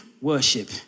worship